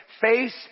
face